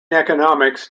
economics